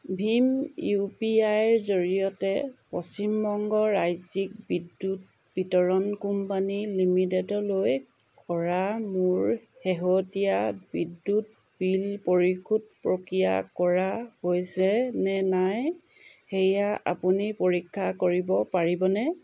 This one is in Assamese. ভীম ইউ পি আইৰ জৰিয়তে পশ্চিম বংগ ৰাজ্যিক বিদ্যুৎ বিতৰণ কোম্পানী লিমিটেডলৈ কৰা মোৰ শেহতীয়া বিদ্যুৎ বিল পৰিশোধ প্ৰক্ৰিয়া কৰা হৈছেনে নাই সেয়া আপুনি পৰীক্ষা কৰিব পাৰিবনে